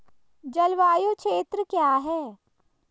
जलवायु क्षेत्र क्या है?